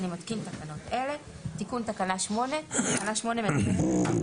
אני מתקין תקנות אלה: תקנה 8 מדברת על ביצוע